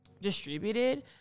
distributed